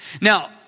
Now